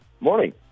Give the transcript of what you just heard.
Morning